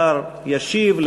השר ישיב,